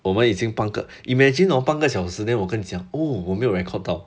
我们已经半个 imagine hor 半个小时 then 我跟你讲 oh 我没有 record 到